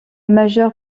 majeure